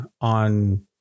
on